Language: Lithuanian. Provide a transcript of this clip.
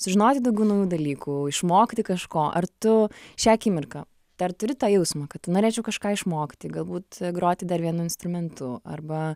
sužinoti daugiau naujų dalykų išmokti kažko ar tu šią akimirką dar turi tą jausmą kad norėčiau kažką išmokti galbūt groti dar vienu instrumentu arba